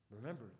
Remember